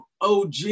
OG